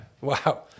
wow